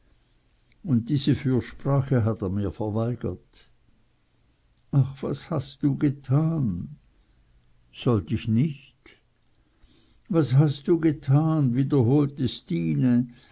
und diese fürsprache hat er mir verweigert ach was hast du getan sollt ich nicht was hast du getan wiederholte stine